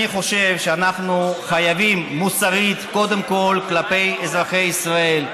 אני חושב שאנחנו חייבים מוסרית קודם כול כלפי אזרחי ישראל.